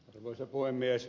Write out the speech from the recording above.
arvoisa puhemies